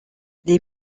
les